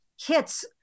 hits